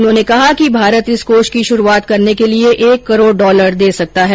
उन्होंने कहा कि भारत इस कोष की शुरूआत करने के लिए एक करोड़ डॉलर दे सकता है